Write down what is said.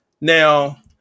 Now